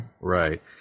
Right